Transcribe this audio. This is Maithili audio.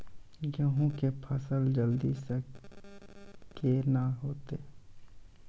गेहूँ के फसल जल्दी से के ना होते?